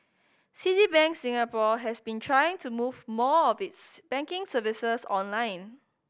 Citibank Singapore has been trying to move more of its banking services online